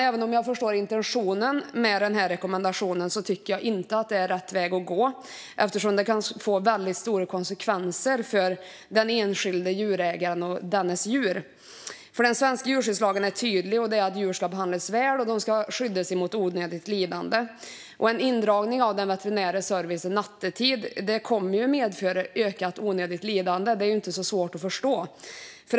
Även om jag förstår intentionen med denna rekommendation tycker jag inte att det är rätt väg att gå eftersom det kan få väldigt stora konsekvenser för den enskilde djurägaren och dennes djur. Den svenska djurskyddslagen är tydlig: Djur ska behandlas väl och skyddas mot onödigt lidande. En indragning av den veterinära servicen nattetid kommer att medföra ökat onödigt lidande - det är inte så svårt att förstå.